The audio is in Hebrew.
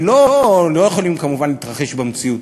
שלא יכולים כמובן להתרחש במציאות.